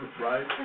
right